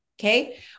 Okay